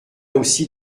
aussi